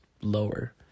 lower